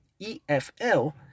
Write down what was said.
EFL